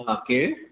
हा केरु